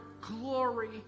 glory